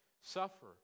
suffer